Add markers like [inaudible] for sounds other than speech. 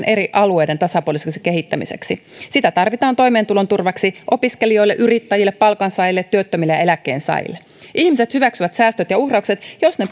[unintelligible] eri alueiden tasapuoliseksi kehittämiseksi sitä tarvitaan toimeentulon turvaksi opiskelijoille yrittäjille palkansaajille työttömille ja eläkkeensaajille ihmiset hyväksyvät säästöt ja uhraukset jos ne [unintelligible]